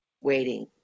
waiting